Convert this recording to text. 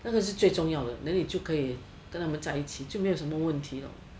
那个是最重要的 then 你就可以跟他们在一起就没有什么问题